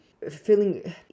feeling